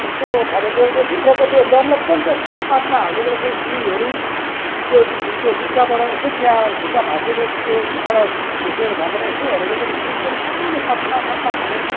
कस्तो खाले दियौ दियौ भित्रको त्यो डन्लप पनि त एकदम पात्ला हालिदिएको रहेछ स्प्रिङहरू त्यो त्यो खुट्टाबाट यसो चिहाएर खुट्टा भाँचिएको त्योबाट फुस्किएको ठाउँबाट यसो हेरेको त स्प्रिङ पनि सानो पत्ला पत्ला खाले